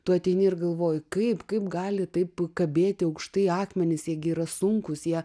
tu ateini ir galvoji kaip kaip gali taip kabėti aukštai akmenys jie gi yra sunkūs jie